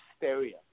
hysteria